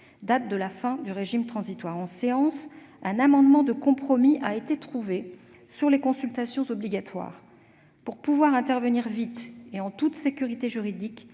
date de la fin du régime transitoire. En séance, un amendement de compromis a été trouvé sur les consultations obligatoires. Pour pouvoir intervenir rapidement et en toute sécurité juridique,